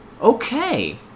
Okay